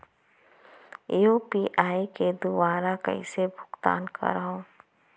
UPI के दुवारा कइसे भुगतान करहों?